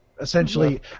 Essentially